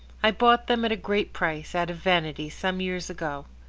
i bought them at a great price, out of vanity, some years ago.